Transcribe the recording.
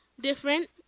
different